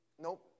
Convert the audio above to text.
nope